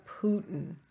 Putin